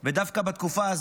דווקא בתקופה הזו